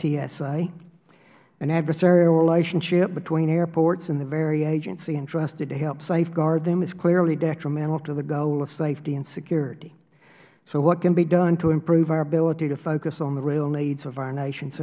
tsa an adversarial relationship between airports and the very agency entrusted to help safeguard them is clearly detrimental to the goal of safety and security so what can be done to improve our ability to focus on the real needs of our nation's